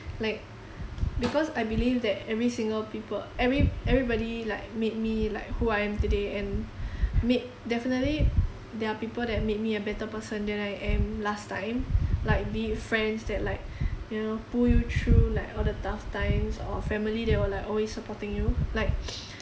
like because I believe that every single people every everybody like made me like who I am today and made definitely there are people that made me a better person than I am last time like be it friends that like you know pull you through like all the tough times or family that all like always supporting you like